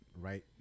right